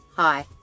Hi